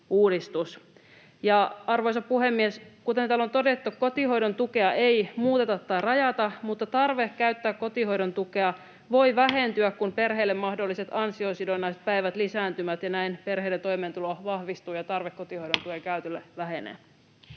Arvoisa puhemies! Kuten täällä on todettu, kotihoidon tukea ei muuteta tai rajata, mutta tarve käyttää kotihoidon tukea voi vähentyä, kun perheille mahdolliset ansiosidonnaiset päivät lisääntyvät ja näin perheiden toimeentulo vahvistuu ja tarve kotihoidon tuen käytölle vähenee.